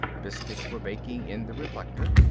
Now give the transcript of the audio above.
biscuits were baking in the reflector.